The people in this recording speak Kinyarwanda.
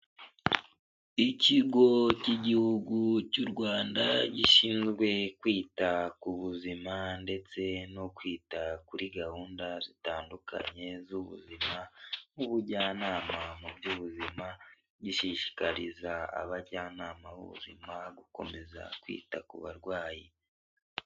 Ikigo cy'igihugu cy'u Rwanda gishinzwe kwita ku buzima ndetse no kwita kuri gahunda zitandukanye z'ubuzima n'ubujyanama mu by'ubuzima ishishikariza abajyanama b'ubuzima gukomeza kwita ku barwayi.